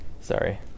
Sorry